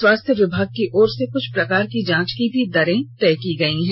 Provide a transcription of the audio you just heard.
स्वास्थ्य विभाग की ओर से क्छ प्रकार की जांच की भी दर तय की गयी है